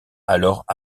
alors